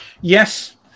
yes